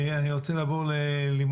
אני רוצה לעבור ללימור,